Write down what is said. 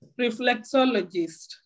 reflexologist